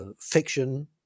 fiction